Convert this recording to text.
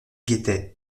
guettait